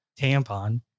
tampon